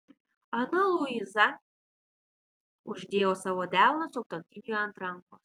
ana luiza uždėjo savo delną sutuoktiniui ant rankos